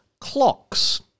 Clocks